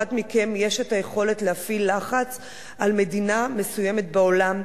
מכם יש היכולת להפעיל לחץ על מדינה מסוימת בעולם,